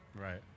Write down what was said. Right